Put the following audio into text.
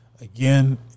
Again